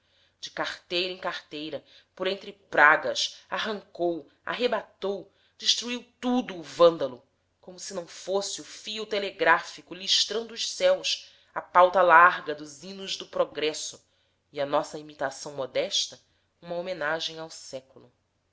de carteira em carteira por entre pragas arrancou arrebentou destruiu tudo o vândalo como se não fosse o fio telegráfico listrando os céus a pauta larga dos hinos do progresso e a nossa imitação modesta uma homenagem ao século